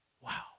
Wow